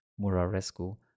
Murarescu